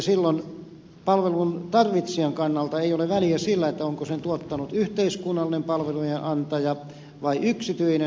silloin palvelun tarvitsijan kannalta ei ole väliä sillä onko sen tuottanut yhteiskunnallinen palvelujen antaja vai yksityinen